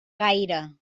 gaire